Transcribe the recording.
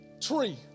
tree